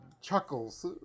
chuckles